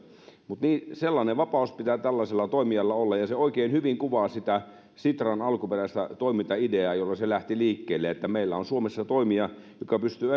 sellainen vapaus pitää tällaisella toimijalla olla ja se oikein hyvin kuvaa sitä sitran alkuperäistä toimintaideaa jolla se lähti liikkeelle että meillä on suomessa toimija joka pystyy